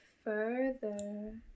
Further